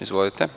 Izvolite.